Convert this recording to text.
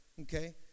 okay